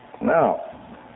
Now